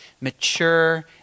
Mature